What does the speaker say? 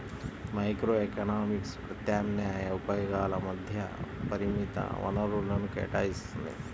microeconomics ప్రత్యామ్నాయ ఉపయోగాల మధ్య పరిమిత వనరులను కేటాయిత్తుంది